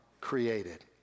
created